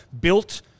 built